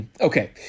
Okay